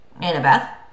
Annabeth